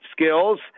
skills